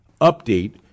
update